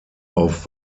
auf